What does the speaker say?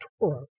Torah